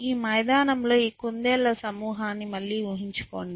ఈ మైదానంలో ఈ కుందేళ్ళ సమూహాన్ని మళ్ళీ ఊహించుకోండి